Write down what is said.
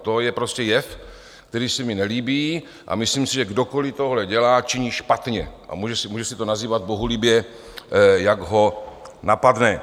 To je prostě jev, který se mi nelíbí, a myslím si, že kdokoliv tohle dělá, činí špatně, a může si to nazývat bohulibě, jak ho napadne.